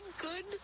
good